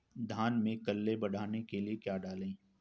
धान में कल्ले बढ़ाने के लिए क्या डालें?